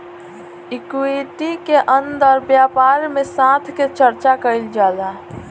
equity के अंदर व्यापार में साथ के चर्चा कईल जाला